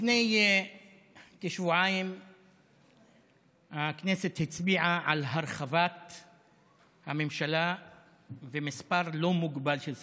לפני כשבועיים הכנסת הצביעה על הרחבת הממשלה ומספר לא מוגבל של שרים.